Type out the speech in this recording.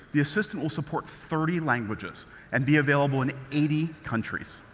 the assistant will support thirty languages and be available in eighty countries.